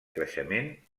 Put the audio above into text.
creixement